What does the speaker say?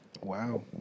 Wow